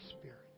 Spirit